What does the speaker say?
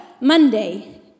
Monday